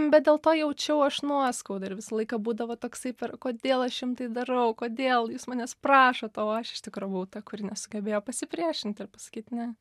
bet dėl to jaučiau aš nuoskaudą ir visą laiką būdavo toksai per kodėl aš jiem tai darau kodėl jūs manęs prašot o aš iš tikro buvau ta kuri nesugebėjo pasipriešint ir pasakyt ne